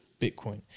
Bitcoin